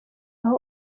aho